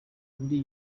undi